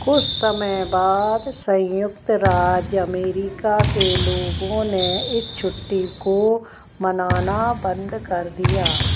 कुछ समय बाद संयुक्त राज्य अमेरिका के लोगों ने इस छुट्टी को मनाना बंद कर दिया